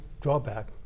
drawback